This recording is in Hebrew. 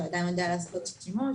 שהאדם יודע לעשות שימוש,